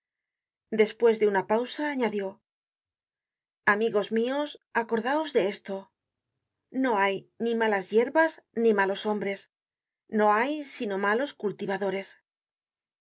despues de una pausa añadió amigos mios acordaos de esto no hay ni malas yerbas ni malos hombres no hay sino malos